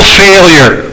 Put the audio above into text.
failure